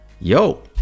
yo